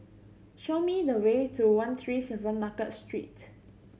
show me the way to one three seven Market Street